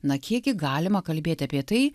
na kiek gi galima kalbėt apie tai